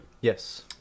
Yes